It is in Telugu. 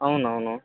అవునవును